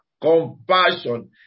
Compassion